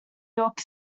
york